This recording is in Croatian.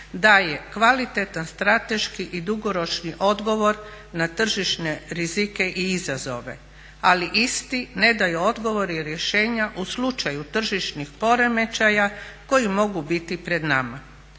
daje kvalitetan strateški i dugoročni odgovor na tržišne rizike i izazove, ali isti ne daje odgovor i rješenja u slučaju tržišnih poremećaja koji mogu biti pred nama.